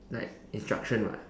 like instruction [what]